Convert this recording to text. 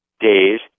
days